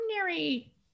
ordinary